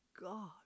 God